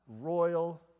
royal